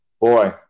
boy